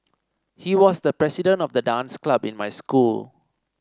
he was the president of the dance club in my school